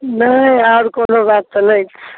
नहि आर कोनो बात तऽ नहि छै